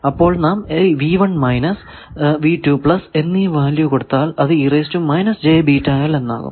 അപ്പോൾ നാം എന്നീ വാല്യൂ കൊടുത്താൽ അത് എന്നാകും